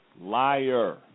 Liar